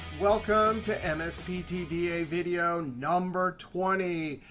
welcome to and msptda video number twenty.